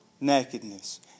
nakedness